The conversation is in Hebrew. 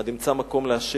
עד אמצא מקום לה',